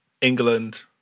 England